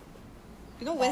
dynasty